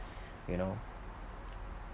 you know